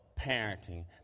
parenting